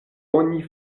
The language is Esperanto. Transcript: oni